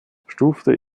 stufte